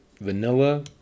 vanilla